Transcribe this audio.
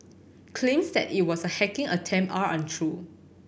claims that it was a hacking attempt are untrue